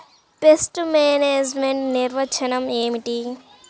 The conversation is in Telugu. పెస్ట్ మేనేజ్మెంట్ నిర్వచనం ఏమిటి?